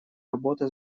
работы